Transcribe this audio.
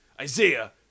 Isaiah